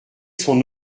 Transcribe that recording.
son